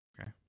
Okay